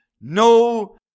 no